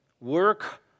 Work